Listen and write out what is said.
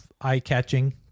eye-catching